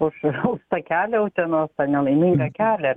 už už tą kelią utenos tą nelaimingą kelią